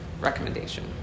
recommendation